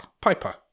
Piper